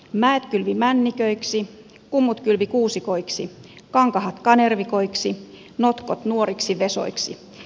mäet kylvi männiköiksi kummut kylvi kuusikoiksi kankahat kanervikoiksi notkot nuoriksi vesoiksi